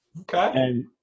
Okay